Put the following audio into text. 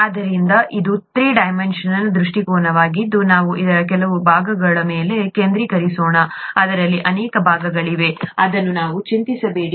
ಆದ್ದರಿಂದ ಇದು three dimensional ದೃಷ್ಟಿಕೋನವಾಗಿದೆ ನಾವು ಅದರ ಕೆಲವು ಭಾಗಗಳ ಮೇಲೆ ಕೇಂದ್ರೀಕರಿಸೋಣ ಅದರಲ್ಲಿ ಅನೇಕ ಭಾಗಗಳಿವೆ ಅದನ್ನು ನಾವು ಚಿಂತಿಸಬೇಡಿ